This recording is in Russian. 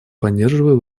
поддерживаю